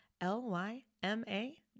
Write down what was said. L-Y-M-A